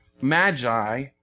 magi